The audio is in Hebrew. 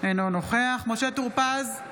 אינו נוכח משה טור פז,